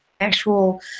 actual